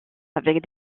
avec